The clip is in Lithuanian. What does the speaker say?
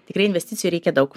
tikrai investicijų reikia daug